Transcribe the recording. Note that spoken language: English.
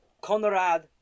Conrad